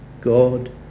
God